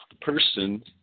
person